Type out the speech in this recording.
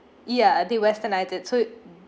ya I think westernize it so